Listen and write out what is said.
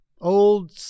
Old